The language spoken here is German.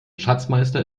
schatzmeister